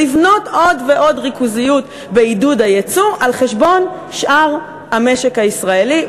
לבנות עוד ועוד ריכוזיות בעידוד הייצוא על חשבון שאר המשק הישראלי,